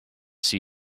see